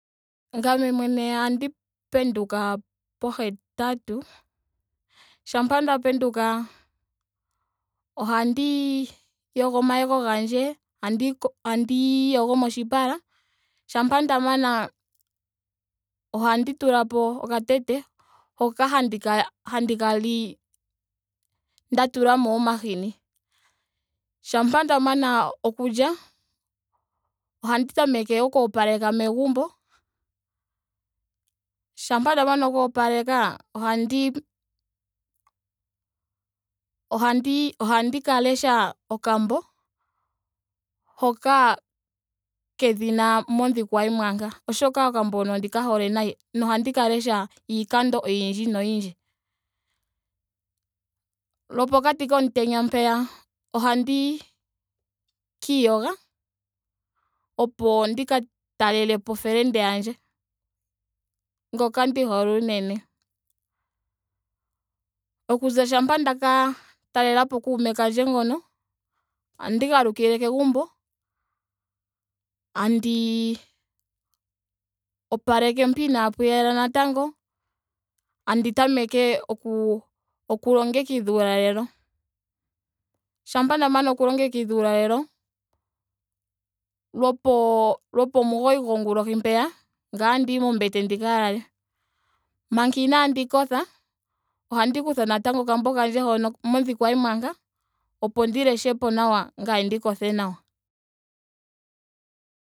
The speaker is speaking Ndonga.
Ngame mwene ohandi penduka po hetatu. shampa nda penduka ohandi yogo omayego gandje. andi ko- andiiyogo moshipala. Shampa nda mana ohandi tulapo okatete hoka handi handi ka li nda tulamo omahini. Shampa nda mana ohandi tameke oku opaleka megumbo. Shampa nda mana oku opaleka ohandi ohandi ohandi ka lesha okambo. hoka kedhina modhikwa yemwaka. oshoka okambo hoka ondi ka hole nayi. nohandi ka lesha iikando oyindji noyindji. Lopokati komutenya mpeya ohandi ka iyoga opo ndika talelepo felende yandje ngoka ndi hole unene. Okuza shampa nda ka talelapo kuume kandje ngono ohandi galukile kegumbo. etandi opaleke mpa inaapa yela natango. tandi tameke oku longekidha uulalelo. Shampa nda mana oku longekidha uulalelo. lopo lopomugoyi gongulohi mpeya ngame otandiyi mombete ndika lale. Manga inaandi kotha ohandi kutha natango okambo kandje hoka mondhikwa yemwanka opo ndi leshepo nawa ngame ndi kothe nawa.